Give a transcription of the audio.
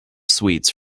sweets